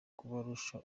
kubarusha